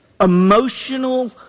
emotional